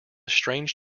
strange